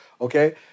Okay